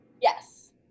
Yes